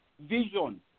vision